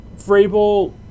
Vrabel